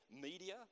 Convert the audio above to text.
media